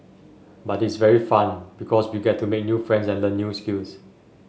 but it's very fun because we get to make new friends and learn new skills